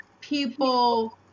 people